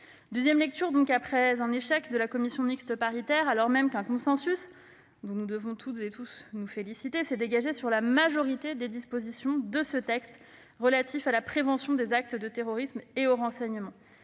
nouvelle lecture donc, après l'échec de la commission mixte paritaire (CMP). Alors même qu'un consensus, dont nous devons tous nous féliciter, s'est dégagé sur la majorité des dispositions de ce texte relatif à la prévention des actes de terrorisme et au renseignement,